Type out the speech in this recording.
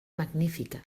magnífica